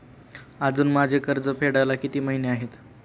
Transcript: अजुन माझे कर्ज फेडायला किती महिने आहेत?